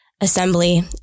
assembly